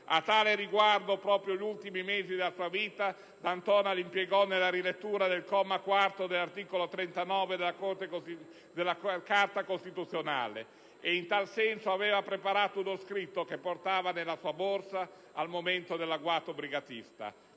A tale riguardo, proprio gli ultimi mesi della sua vita D'Antona li impiegò nella rilettura del quarto comma dell'articolo 39 della Carta costituzionale. In tal senso aveva preparato uno scritto che portava nella sua borsa al momento dell'agguato brigatista,